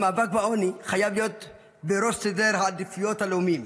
המאבק בעוני חייב להיות בראש סדרי העדיפויות הלאומיים.